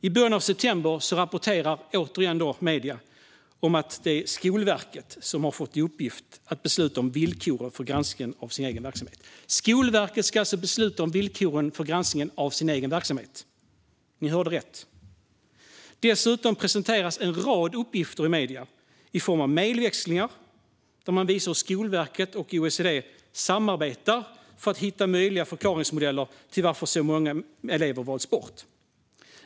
I början av september rapporterade medierna att det är Skolverket som har fått i uppgift att besluta om villkoren för granskningen av sin egen verksamhet. Ni hörde rätt: Skolverket ska alltså besluta om villkoren för granskningen av den egna verksamheten. Dessutom presenteras en rad uppgifter i medierna i form av mejlväxlingar, där man visar hur Skolverket och OECD samarbetar för att hitta möjliga förklaringsmodeller till varför så många elever valts bort.